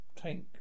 tank